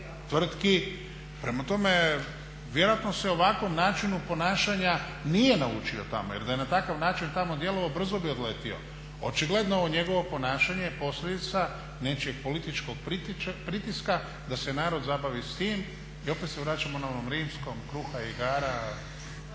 tvrtki, prema tome vjerojatno se ovakvom načinu ponašanja nije naučio tamo jer da je na takav način tamo djelovao brzo bi odletio. Očigledno ovo njegovo ponašanje je posljedica nečijeg političkog pritiska da se narod zabavi s tim. I opet se vraćamo na onom rimskom, kruha i igara